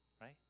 right